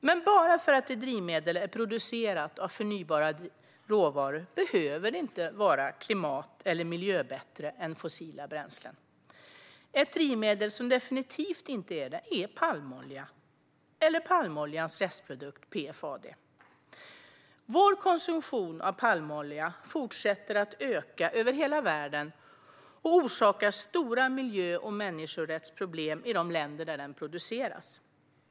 Men bara för att ett drivmedel är producerat av förnybara råvaror behöver det inte vara klimat eller miljöbättre än fossila bränslen. Ett drivmedel som definitivt inte är det är palmolja eller palmoljans restprodukt PFAD. Vår konsumtion av palmolja fortsätter att öka över hela världen och orsakar stora miljö och människorättsproblem i de länder där den produceras.